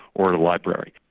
or a library.